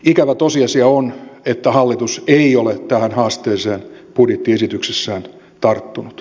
ikävä tosiasia on että hallitus ei ole tähän haasteeseen budjettiesityksessään tarttunut